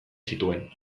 zituen